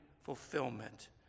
fulfillment